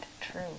true